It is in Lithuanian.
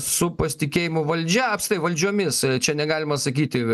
su pasitikėjimu valdžia apstai valdžiomis čia negalima sakyti